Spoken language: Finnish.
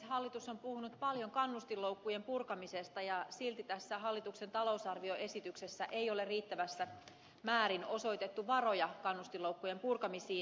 hallitus on puhunut paljon kannustinloukkujen purkamisesta ja silti tässä hallituksen talousarvioesityksessä ei ole riittävässä määrin osoitettu varoja kannustinloukkujen purkamisiin